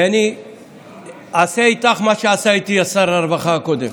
ואני אעשה איתך מה שעשה איתי שר הרווחה הקודם.